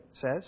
says